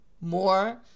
more